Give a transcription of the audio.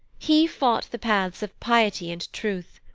he sought the paths of piety and truth,